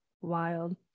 Wild